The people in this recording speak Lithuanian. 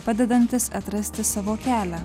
padedantis atrasti savo kelią